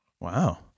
wow